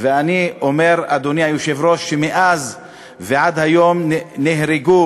ואני אומר, אדוני היושב-ראש, שמאז ועד היום נהרגו